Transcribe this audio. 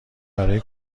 برای